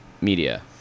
media